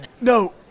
No